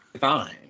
fine